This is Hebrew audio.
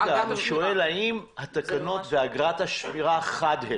אני שואל אם התקנות ואגרת השמירה חד הם.